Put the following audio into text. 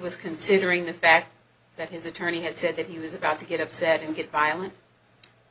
was considering the fact that his attorney had said that he was about to get upset and get violent